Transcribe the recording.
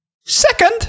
second